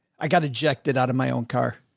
i got ejected out of my own car.